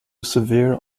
severe